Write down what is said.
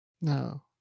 No